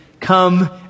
Come